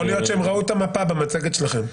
יכול להיות שהם ראו את המפה במצגת שלכם.